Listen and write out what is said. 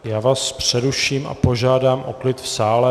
Já vás přeruším a požádám o klid v sále.